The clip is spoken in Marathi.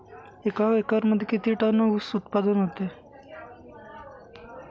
एका एकरमध्ये किती टन ऊस उत्पादन होतो?